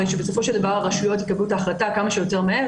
הרי בסופו של דבר שהרשויות יקבלו את ההחלטה כמה שיותר מהר,